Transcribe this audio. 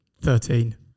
thirteen